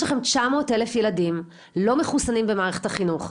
יש לכם 900 אלף ילדים לא מחוסנים במערכת החינוך,